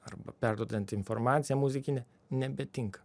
arba perduodant informaciją muzikinę nebetinka